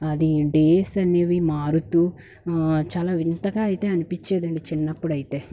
అది డేస్ అనేవి మారుతూ చాలా వింతగా అయితే అనిపించేది అండి చిన్నప్పుడైతే